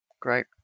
Great